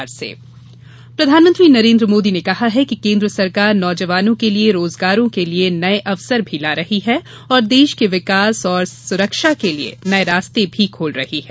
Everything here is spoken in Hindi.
पीएम अमेठी प्रधानमंत्री नरेंद्र मोदी ने कहा है कि केन्द्र सरकार नौजवानों के लिए रोजगार के नये अवसर भी ला रही है और देश के विकास एवं सुरक्षा के लिए नये रास्ते भी खोल रही है